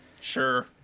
Sure